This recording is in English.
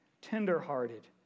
tenderhearted